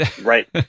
Right